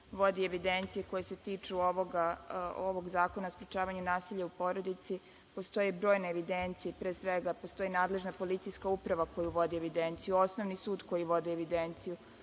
vodi evidenciju koja se tiče ovog Zakona o sprečavanju nasilja u porodici, postoje brojne evidencije. Pre svega postoji nadležna policijska uprava koja vodi evidenciju, osnovni sud koji vodi evidenciju,